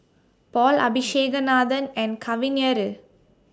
Paul Abisheganaden and Kavignareru